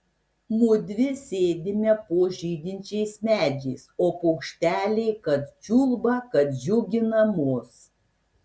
mudvi sėdime po žydinčiais medžiais o paukšteliai kad čiulba kad džiugina mus